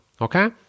okay